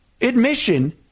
admission